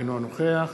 אינו נוכח